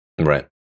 Right